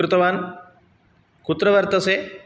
कृतवान् कुत्र वर्तसे